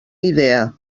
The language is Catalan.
idea